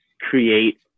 create